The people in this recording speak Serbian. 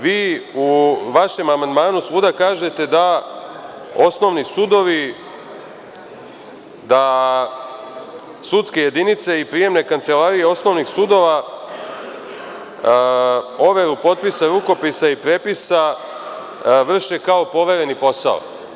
Vi u vašem amandmanu svuda kažete da osnovni sudovi, da sudske jedinice i prijemne kancelarije osnovnih sudova overu potpisa, rukopisa i prepisa vrše kao povereni posao.